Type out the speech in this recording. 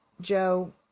Joe